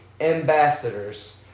ambassadors